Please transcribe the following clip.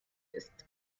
ist